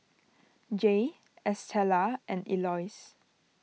Jaye Estella and Elois